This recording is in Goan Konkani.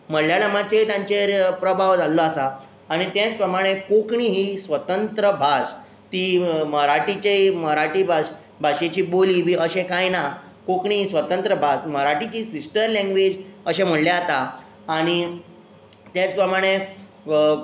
मल्याळमाचेर तांचेर प्रभाव जाल्लो आसा आनी तेंच प्रमाणें कोंकणी ही स्वतंत्र भास ती मराठीचे मराठी भाशे भाशेची बोली बी अशें कांय ना कोंकणी ही स्वतंत्र भास मराठीची सिस्टर लँग्वेज अशें म्हणल्या जाता आनी तेच प्रमाणें